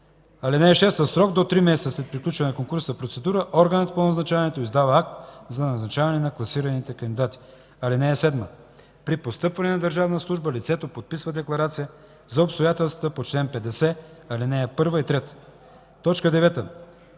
(6) В срок до три месеца след приключване на конкурсната процедура органът по назначаването издава акт за назначаване на класираните кандидати. (7) При постъпване на държавна служба лицето подписва декларация за обстоятелствата по чл. 50, ал. 1 и 3. ” 9.